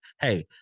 hey